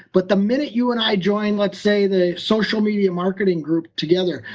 but the minute you and i join, let's say the social media marketing group together,